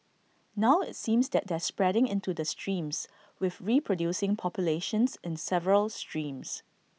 now IT seems that they're spreading into the streams with reproducing populations in several streams